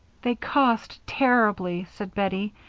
they cost terribly, said bettie.